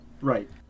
Right